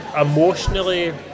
Emotionally